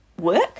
work